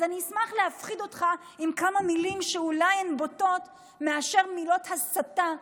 אז אני אשמח להפחיד אותך עם כמה מילים שאולי הן בוטות מאשר מילות הסתה,